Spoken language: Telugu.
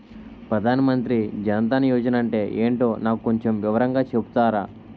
ప్రధాన్ మంత్రి జన్ దన్ యోజన అంటే ఏంటో నాకు కొంచెం వివరంగా చెపుతారా?